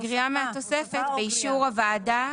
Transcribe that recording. מהתוספת באישור הוועדה.